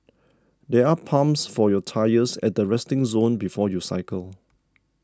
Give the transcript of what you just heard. there are pumps for your tyres at the resting zone before you cycle